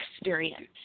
experience